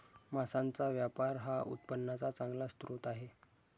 मांसाचा व्यापार हा उत्पन्नाचा चांगला स्रोत आहे